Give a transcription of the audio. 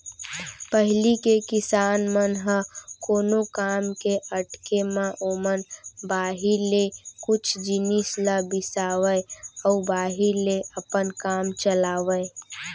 पहिली के किसान मन ह कोनो काम के अटके म ओमन बाहिर ले कुछ जिनिस ल बिसावय अउ बाहिर ले अपन काम चलावयँ